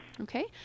Okay